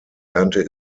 ernte